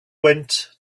went